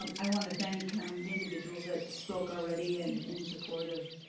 um i want to thank the individuals that spoke already and in support of,